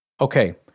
Okay